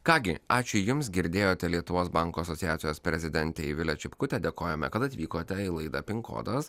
ką gi ačiū jums girdėjote lietuvos bankų asociacijos prezidentę ivilę čipkutę dėkojame kad atvykote į laidą pin kodas